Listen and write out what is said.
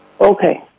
Okay